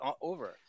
over